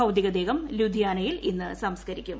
ഭൌതിക ദേഹം ലുധിയാനയിൽ ഇന്ന് സംസ്ക്കരിക്കും